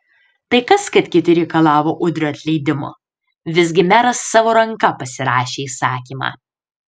tai kas kad kiti reikalavo udrio atleidimo visgi meras savo ranka pasirašė įsakymą